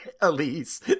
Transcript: Elise